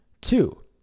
Two